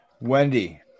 Wendy